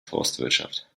forstwirtschaft